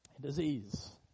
disease